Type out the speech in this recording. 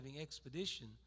expedition